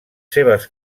seves